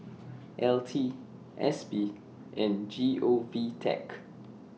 L T S P and G O V Tech